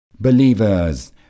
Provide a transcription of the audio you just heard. Believers